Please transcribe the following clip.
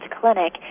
clinic